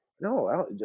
no